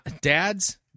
Dads